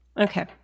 Okay